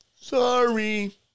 Sorry